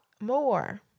more